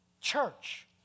church